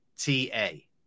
T-A